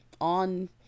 on